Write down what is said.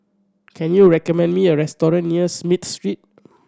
can you recommend me a restaurant near Smith Street